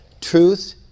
Truth